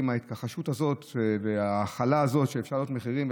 על ההתכחשות הזאת וההכלה הזאת של העלאת מחירים,